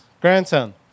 grandson